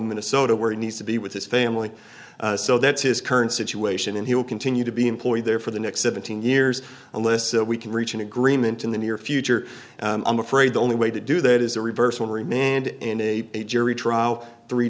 in minnesota where he needs to be with his family so that's his current situation and he will continue to be employed there for the next seventeen years unless we can reach an agreement in the near future i'm afraid the only way to do that is a reversal on remand in a jury trial three